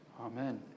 Amen